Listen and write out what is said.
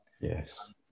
Yes